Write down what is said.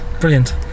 Brilliant